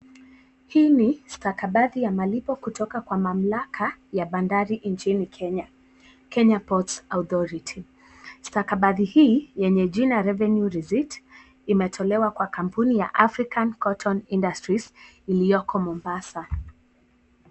Hii ni stabadhi ya malipo kutoka kwa mamlaka ya bandari nchini Kenya, Kenya Ports Authority, stakabadhi hii yenye jina revenue receipt imetolewa kwa kampuni ya African Cotton Industries iliyoko Mombasa.